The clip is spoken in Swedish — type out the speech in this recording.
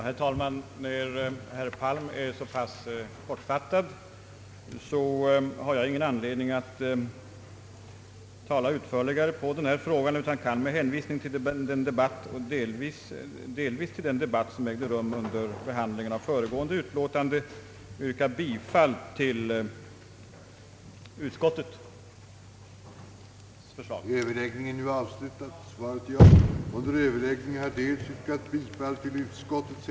Herr talman! Eftersom herr Palm var så pass kortfattad har jag ingen anledning att tala utförligare i denna fråga utan kan med hänvisning delvis till den debatt som ägde rum under föregående utlåtande yrka bifall till utskottets hemställan.